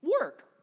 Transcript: work